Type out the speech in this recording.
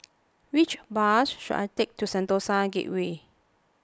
which bus should I take to Sentosa Gateway